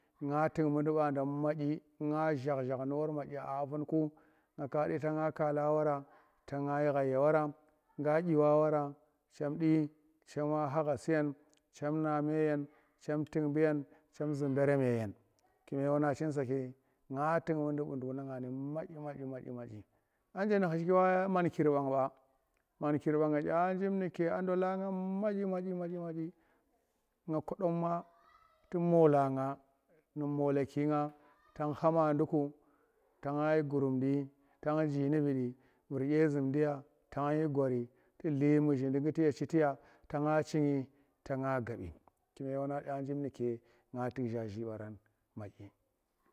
Nga tuk mundi banda madyin nga shak shak nu war aa afunku nga kadi tanga ta nga quwa wara cem du cema khagha nu nu war chem na meyen cem tuk bwen chem zu baarem yeyen kume wannang chin saki nga tuk mundi bunduk na nga madyi madyi madyi a nje nu khaki wa mankir banga mankir kya jif nuke a ndola nga madyi madyi madyi nga kodoma tu mola nga nu mola ki nga tang kha ma aduki, ta nga shi qurumdi tanji mu vidi tu vur zhezumdi ya tanshi gori tu dlii muzhindi kye ghuti ya ta nga chinyi ta nga gapbi kume wanang kye njip nuke nga tik jhazhii mbaran madyi.